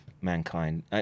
mankind